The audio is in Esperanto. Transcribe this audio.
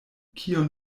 kion